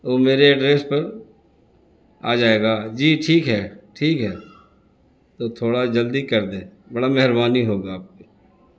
وہ میرے ایڈریس پر آ جائے گا جی ٹھیک ہے ٹھیک ہے تو تھوڑا جلدی کر دیں بڑا مہربانی ہوگا آپ کی